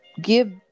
give